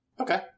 Okay